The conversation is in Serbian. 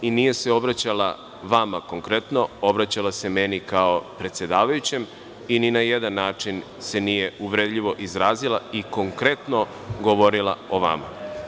Nije se obraćala vama konkretno, obraćala se meni kao predsedavajućem i ni na jedan način se nije uvredljivo izrazila i konkretno govorila o vama.